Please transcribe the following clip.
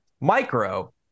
micro